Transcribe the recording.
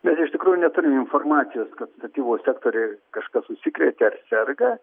bet iš tikrųjų neturim informacijos kad statybų sektoriuj kažkas užsikrėtė ar serga